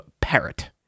parrot